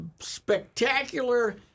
spectacular